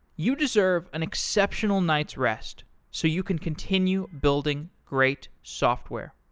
you deserve an exceptional night's rest so you can continue building great software.